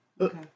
Okay